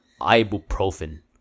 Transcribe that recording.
ibuprofen